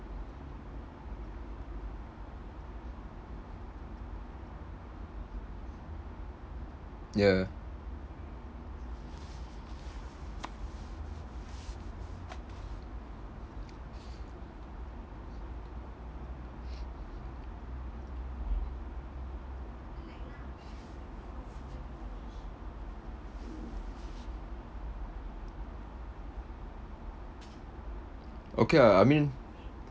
ya okay ah I mean